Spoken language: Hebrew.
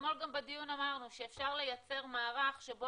אתמול גם בדיון אמרנו שאפשר לייצר מערך שבו